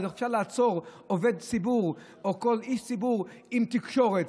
אבל אפשר לעצור עובד ציבור או כל איש ציבור עם תקשורת.